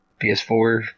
PS4